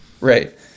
Right